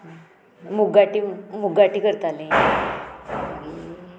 मुगाटी मुगांटी करतालीं मागीर